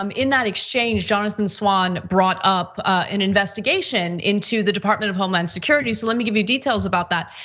um in that exchange, jonathan swan brought up an investigation into the department of homeland security. so, let me give you details about that.